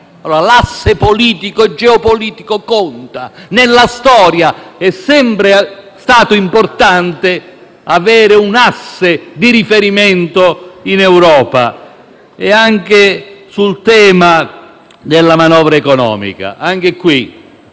Polonia? L'asse geopolitico conta: nella storia è sempre stato importante avere un asse di riferimento in Europa. Anche sul tema della manovra economica, senatrice